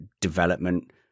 development